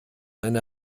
eine